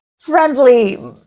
friendly